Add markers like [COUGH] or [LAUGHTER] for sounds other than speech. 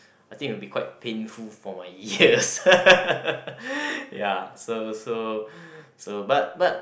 I think will be quite painful for my ears [LAUGHS] ya so so so but but